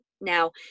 Now